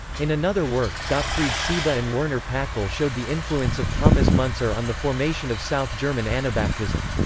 in another work, gottfried seebass and werner packull showed the influence of thomas muntzer on the formation of south german anabaptism.